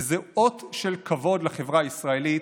וזה אות של כבוד לחברה הישראלית,